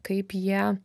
kaip jie